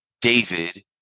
David